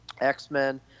x-men